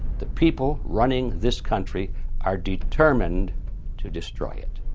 the people running this country are determined to destroy it.